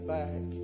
back